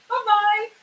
Bye-bye